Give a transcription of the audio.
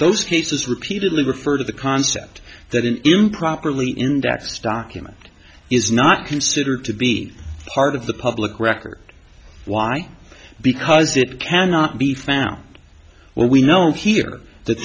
those cases repeatedly refer to the concept that an improperly indexed document is not considered to be part of the public record why because it cannot be found when we know of here that